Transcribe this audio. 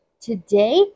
today